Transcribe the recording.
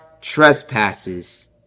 trespasses